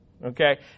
Okay